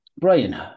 Brian